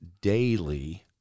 daily